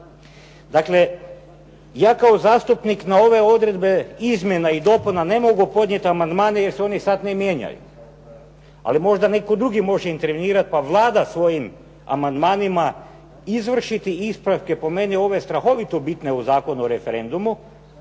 Dakle, ja kao zastupnik na ove odredbe, izmjena i dopuna ne mogu podnijeti amandmane jer se oni sada ne mijenjaju. Ali možda netko drugi može intervenirati, pa Vlada svojim amandmanima izvršiti ispravke po meni ove strahovito bitno u Zakonu o referendumu.